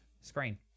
screen